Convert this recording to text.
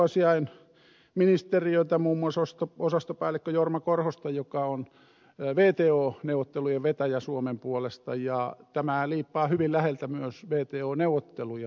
kuulimme ulkoasiainministeriöstä muun muassa osastopäällikkö jorma korhosta joka on wto neuvottelujen vetäjä suomen puolesta ja tämä asiahan liippaa hyvin läheltä myös wto neuvotteluja